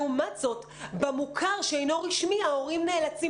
לעומת זאת במוכר שאינו רשמי ההורים נאלצים